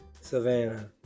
Savannah